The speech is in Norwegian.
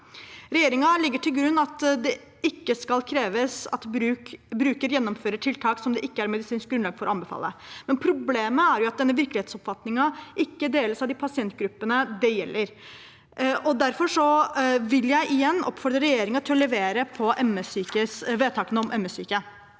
Regjeringen legger til grunn at det ikke skal kreves at bruker gjennomfører tiltak det ikke er medisinsk grunnlag for å anbefale, men problemet er at denne virkelighetsoppfatningen ikke deles av de pasientgruppene det gjelder. Derfor vil jeg igjen oppfordre regjeringen til å levere på vedtakene om ME-syke.